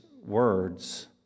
words